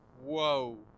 Whoa